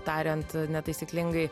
tariant netaisyklingai